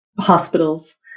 hospitals